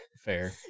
fair